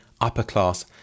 upper-class